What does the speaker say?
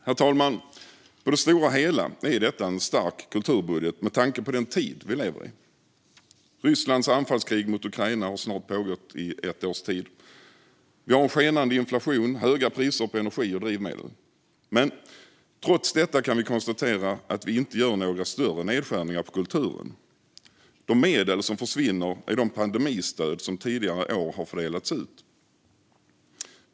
Herr talman! På det stora hela är detta en stark kulturbudget med tanke på den tid vi lever i. Rysslands anfallskrig mot Ukraina har snart pågått i ett års tid. Vi har en skenade inflation och höga priser på energi och drivmedel. Men trots detta kan vi konstatera att vi inte gör några större nedskärningar på kulturen. De medel som försvinner är de pandemistöd som tidigare år har fördelats ut.